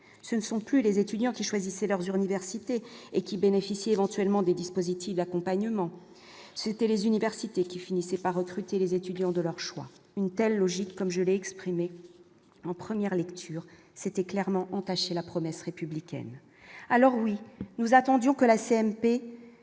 ce ne sont plus les étudiants qui choisissaient leurs sur université et qui bénéficie, éventuellement des dispositifs d'accompagnement, c'était les universités qui finissait pas recruter les étudiants de leur choix, une telle logique comme je l'ai exprimé en première lecture, c'était clairement entaché la promesse républicaine, alors oui nous attendions que la CMP